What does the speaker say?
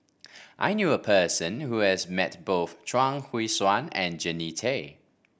I knew a person who has met both Chuang Hui Tsuan and Jannie Tay